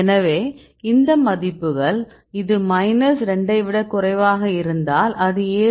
எனவே இந்த மதிப்புகள் இது மைனஸ் 2 ஐ விடக் குறைவாக இருந்தால் அது 7